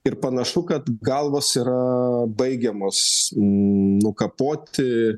ir panašu kad galvos yra baigiamos nukapoti